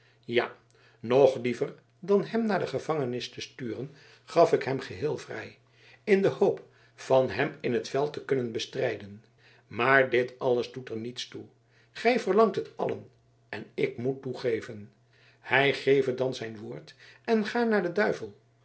ja nog liever dan hem naar de gevangenis te sturen gaf ik hem geheel vrij in de hoop van hem in t veld te kunnen bestrijden maar dit alles doet er niets toe gij verlangt het allen en ik moet toegeven hij geve dan zijn woord en ga naar den duivel